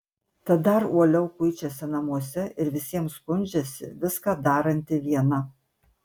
tad dar uoliau kuičiasi namuose ir visiems skundžiasi viską daranti viena